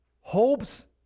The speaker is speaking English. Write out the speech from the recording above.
hopes